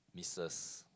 missus